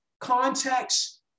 context